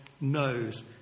knows